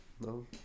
No